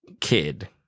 kid